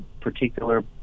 particular